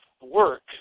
work